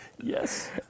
Yes